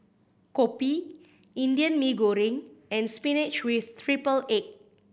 kopi Indian Mee Goreng and spinach with triple egg